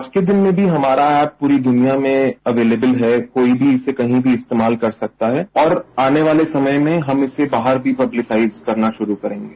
आज के दिन में भी हमारा ऐप पूरी दुनिया में एवलेवल है कोई भी इसे कही भी इस्तेमाल कर सकता है और आने वाले समय में हम इसे बाहर भी पब्लिसाइज करना शुरू करेंगे